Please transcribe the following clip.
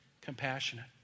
compassionate